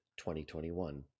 2021